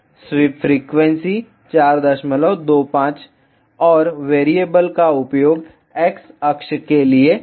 SVEEP frequency 425 और variable का उपयोग एक्स अक्ष के लिए है ठीक है